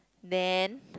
then